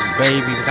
baby